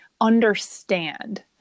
understand